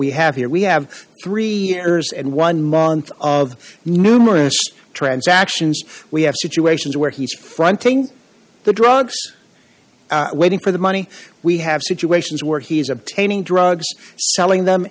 we have here we have three years and one month of numerous transactions we have situations where he's fronting the drugs waiting for the money we have situations where he is obtaining drugs selling them